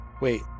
Wait